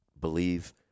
believe